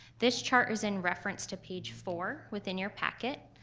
this chart is in reference to page four within your packet.